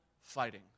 fighting